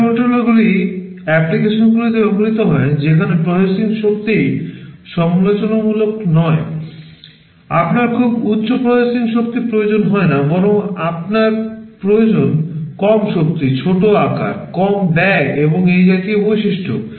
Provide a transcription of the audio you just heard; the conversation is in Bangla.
মাইক্রোকন্ট্রোলারগুলি অ্যাপ্লিকেশনগুলিতে ব্যবহৃত হয় যেখানে প্রসেসিং শক্তি সমালোচনামূলক নয় আপনার খুব উচ্চ প্রসেসিং শক্তি প্রয়োজন হয় না বরং আপনার প্রয়োজন কম শক্তি ছোট আকার কম ব্যয় এবং এই জাতীয় বৈশিষ্ট্য